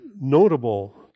notable